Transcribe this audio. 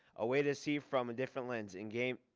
a way to see from a different lens and gain